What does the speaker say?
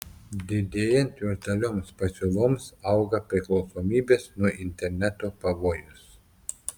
didėjant virtualioms pasiūloms auga priklausomybės nuo interneto pavojus